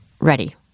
ready